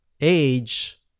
age